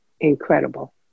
incredible